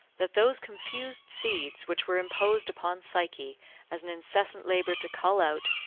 that those confused seeds which were imposed upon psyche as an incessant labour to cull out,